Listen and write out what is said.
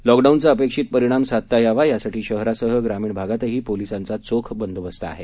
लॉकडाऊनचा अपेक्षित परिणाम साधता यावा यासाठी शहरासह ग्रामीण भागातही पोलीसांचा घोख बंदोबस्त ठेवला आहे